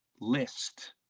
list